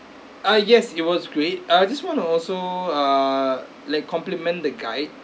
uh yes it was great uh just want to also err like compliment the guide